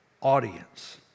audience